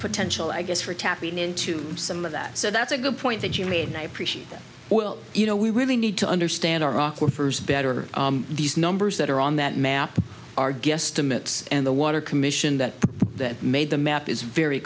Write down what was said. potential i guess for tapping into some of that so that's a good point that you mean i appreciate that well you know we really need to understand our awkward first better these numbers that are on that map are guesstimates and the water commission that that made the map is very